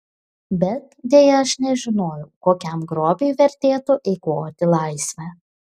bet deja aš nežinojau kokiam grobiui vertėtų eikvoti laisvę